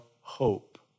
hope